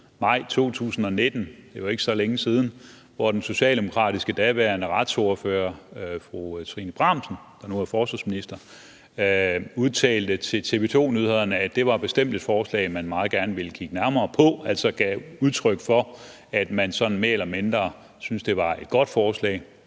maj 2019 – det er jo ikke så længe siden – hvor den daværende socialdemokratiske retsordfører, fru Trine Bramsen, der nu er forsvarsminister, udtalte til TV 2 Nyhederne, at det bestemt var et forslag, man meget gerne ville kigge nærmere på, altså gav udtryk for, at man sådan mere eller mindre syntes, det var et godt forslag.